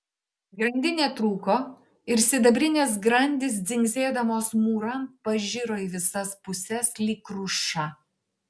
grandinė trūko ir sidabrinės grandys dzingsėdamos mūran pažiro į visas puses lyg kruša